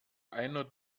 einem